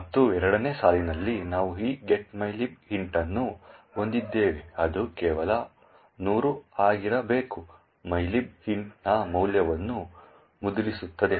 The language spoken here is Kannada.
ಮತ್ತು ಎರಡನೇ ಸಾಲಿನಲ್ಲಿ ನಾವು ಈ get mylib int ಅನ್ನು ಹೊಂದಿದ್ದೇವೆ ಅದು ಕೇವಲ 100 ಆಗಿರಬೇಕು mylib int ನ ಮೌಲ್ಯವನ್ನು ಮುದ್ರಿಸುತ್ತದೆ